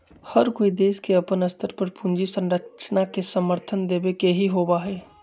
हर कोई देश के अपन स्तर पर पूंजी संरचना के समर्थन देवे के ही होबा हई